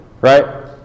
Right